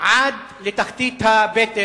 עד לתחתית הבטן.